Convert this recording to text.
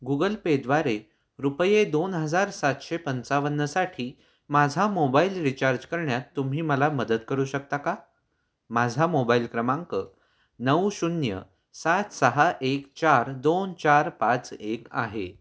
Google पेद्वारे रुपये दोन हजार सातशे पंचावन्नसाठी माझा मोबाईल रिचार्ज करण्यात तुम्ही मला मदत करू शकता का माझा मोबाईल क्रमांक नऊ शून्य सात सहा एक चार दोन चार पाच एक आहे